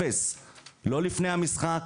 לא לפני המשחק,